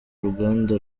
uruganda